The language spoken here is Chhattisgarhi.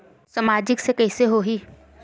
सामाजिक से कइसे होही?